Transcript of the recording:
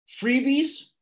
freebies